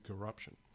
corruption